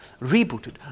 rebooted